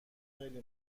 خیلی